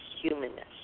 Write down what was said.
humanness